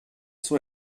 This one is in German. zur